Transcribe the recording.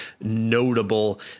notable